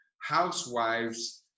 housewives